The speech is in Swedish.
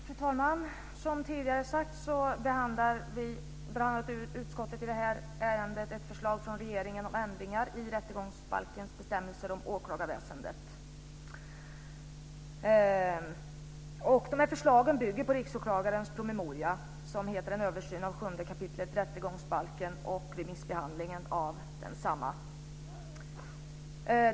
Fru talman! Som tidigare sagts behandlar utskottet i detta ärende bl.a. förslag från regeringen om ändringar i rättegångsbalkens bestämmelser om åklagarväsendet. Förslagen bygger på Riksåklagarens promemoria En översyn av 7 kap. rättegångsbalken och remissbehandlingen av densamma.